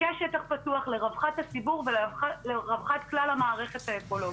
כשטח פתוח לרווחת הציבור ולרווחת כלל המערכת האקולוגית.